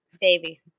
baby